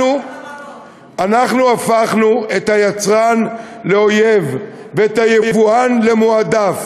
אנחנו הפכנו את היצרן לאויב ואת היבואן למועדף.